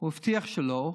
הוא הבטיח שלא,